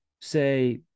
say